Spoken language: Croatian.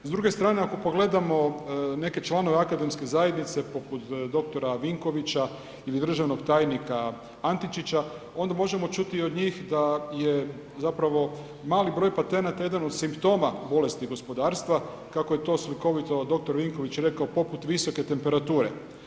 S druge strane ako pogledamo neke članove akademske zajednice poput dr. Vinkovića ili državnog tajnika Antičića onda možemo čuti od njih da je zapravo mali broj patenata jedan od simptoma bolesti gospodarstva kako je to slikovito dr. Vinković rekao poput visoke temperature.